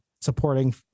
supporting